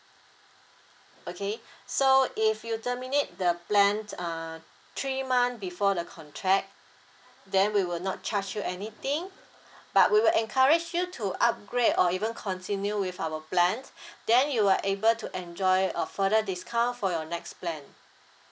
okay so if you terminate the plan uh three month before the contract then we will not charge you anything but we will encourage you to upgrade or even continue with our plan then you are able to enjoy a further discount for your next plan